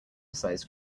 sized